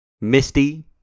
Misty